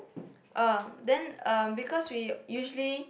uh then um because we usually